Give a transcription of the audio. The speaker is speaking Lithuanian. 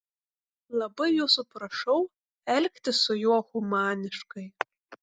labai jūsų prašau elgtis su juo humaniškai